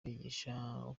kwishyira